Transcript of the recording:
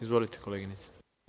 Izvolite, koleginice.